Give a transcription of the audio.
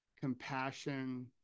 compassion